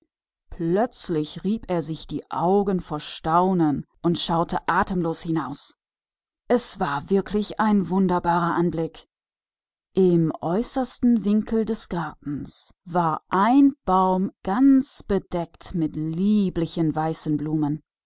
plötzlich rieb er sich verwundert die augen und sah und sah es war wirklich ein wundersamer anblick im fernsten winkel des gartens war ein baum ganz bedeckt mit lieblichen weißen blüten